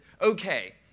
okay